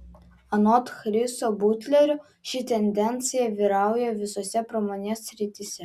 anot chriso butlerio ši tendencija vyrauja visose pramonės srityse